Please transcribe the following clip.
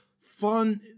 fun